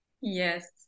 Yes